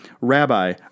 Rabbi